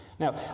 Now